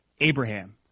Abraham